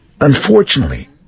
Unfortunately